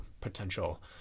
potential